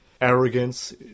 Arrogance